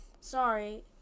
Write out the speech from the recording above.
Sorry